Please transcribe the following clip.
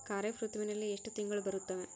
ಖಾರೇಫ್ ಋತುವಿನಲ್ಲಿ ಎಷ್ಟು ತಿಂಗಳು ಬರುತ್ತವೆ?